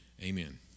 Amen